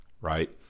right